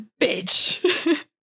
bitch